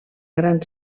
gran